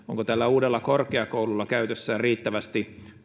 uudella korkeakoululla käytössään riittävästi